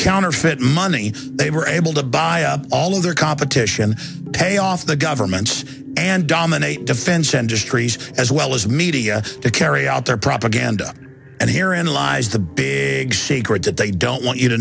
counterfeit money they were able to buy up all of their competition to pay off the governments and dominate defense industries as well as media to carry out their propaganda and here in lies the big secret that they don't want you to